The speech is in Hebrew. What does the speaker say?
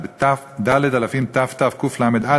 זה בד' אלפים תתקל"א,